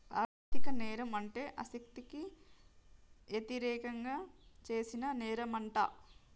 ఆర్ధిక నేరం అంటే ఆస్తికి యతిరేకంగా చేసిన నేరంమంట